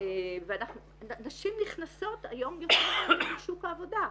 נשים נכנסות היום יותר לשוק העבודה,